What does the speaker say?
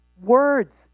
Words